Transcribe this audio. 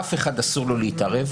לאף אחד אסור להתערב,